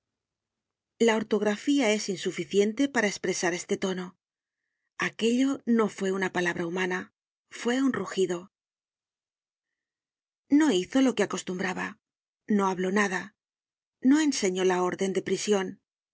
la ortografía es insuficiente para espresar este tono aquello no fue una palabra humana fue un rugido no hizo lo que acostumbraba no habló nada no enseñó la orden de prision